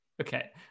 okay